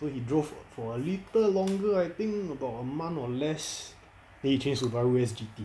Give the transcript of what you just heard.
so he drove for a little longer I think about month or less then he change subaru S_G_T